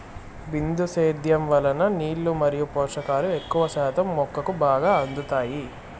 బిందు సేద్యం వలన నీళ్ళు మరియు పోషకాలు ఎక్కువ శాతం మొక్కకు బాగా అందుతాయి